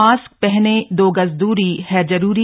mask पहनें दो गज दूरी है जरूरी